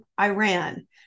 Iran